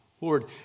Lord